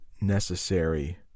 necessary